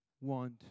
want